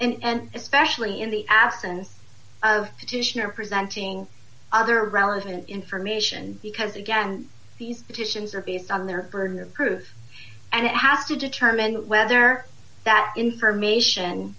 reference and especially in the absence of petition or presenting other relevant information because again these petitions are based on their burden of proof and it has to determine whether that information